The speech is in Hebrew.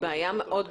זאת בעיה מאוד גדולה,